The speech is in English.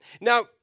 Now